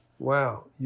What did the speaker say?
Wow